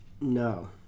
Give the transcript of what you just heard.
No